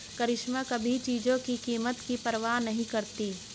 करिश्मा कभी चीजों की कीमत की परवाह नहीं करती